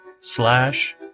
slash